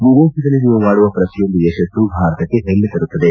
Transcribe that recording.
ವಿದೇಶದಲ್ಲಿ ನೀವು ಮಾಡುವ ಶ್ರತಿಯೊಂದು ಯಶಸ್ತು ಭಾರತಕ್ಕೆ ಹೆಮ್ನೆ ತರುತ್ತಿದೆ